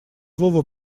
вова